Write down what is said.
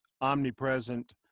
omnipresent